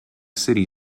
city